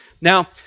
Now